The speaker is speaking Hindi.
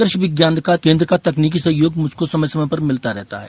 कृषि विज्ञान का केन्द्र का तकनीकी सहयोग मुझको समय समय पर मिलता रहता है